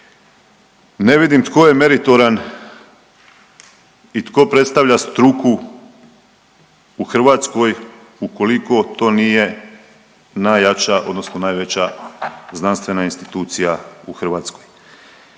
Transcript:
Ne vidim tko je meritoran i tko predstavlja struku u Hrvatskoj ukoliko to nije najjača odnosno najveća znanstvena institucija u Hrvatskoj.